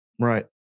Right